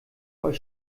euch